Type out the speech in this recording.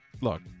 look